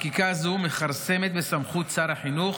חקיקה זו מכרסמת בסמכות שר החינוך